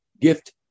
Gift